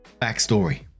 Backstory